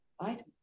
right